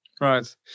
Right